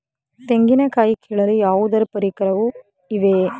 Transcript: ತೆಂಗಿನ ಕಾಯಿ ಕೀಳಲು ಯಾವುದಾದರು ಪರಿಕರಗಳು ಇವೆಯೇ?